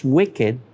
wicked